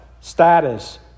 status